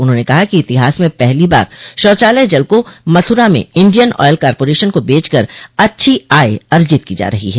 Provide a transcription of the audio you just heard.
उन्होंने कहा कि इतिहास में पहली बार शौचालय जल को मथुरा में इंडियन ऑयल कॉरपोरेशन को बचकर अच्छी आय अर्जित की जा रही है